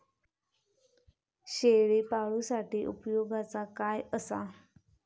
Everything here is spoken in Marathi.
शेळीपाळूसाठी उपयोगाचा काय असा?